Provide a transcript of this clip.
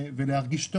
ולהרגיש טוב.